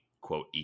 quote